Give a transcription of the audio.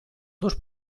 dos